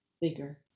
bigger